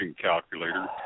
calculator